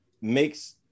makes –